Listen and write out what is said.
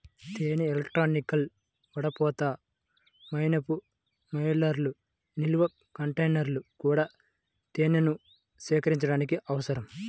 తేనె ఎక్స్ట్రాక్టర్, వడపోత, మైనపు మెల్టర్, నిల్వ కంటైనర్లు కూడా తేనెను సేకరించడానికి అవసరం